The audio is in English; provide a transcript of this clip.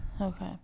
Okay